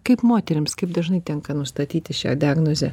kaip moterims kaip dažnai tenka nustatyti šią diagnozę